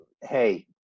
hey